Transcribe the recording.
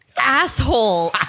asshole